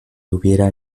hubiera